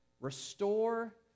restore